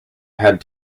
had